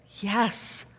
Yes